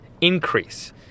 increase